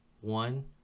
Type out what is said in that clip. one